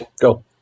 Go